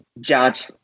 judge